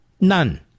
None